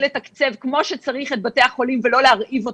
לתקצב כמו שצריך את בתי החולים ולא להרעיב אותם.